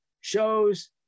shows